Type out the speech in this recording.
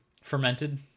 Fermented